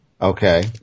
Okay